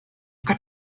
got